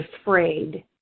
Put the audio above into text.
afraid